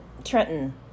Trenton